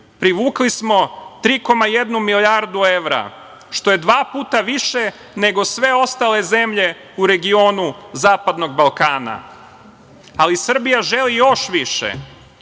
Privukli smo 3,1 milijardu evra, što je dva puta više, nego sve ostale zemlje u regionu Zapadnog Balkana, ali Srbija želi još više.